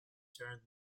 turned